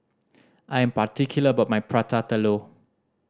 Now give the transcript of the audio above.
I am particular about my Prata Telur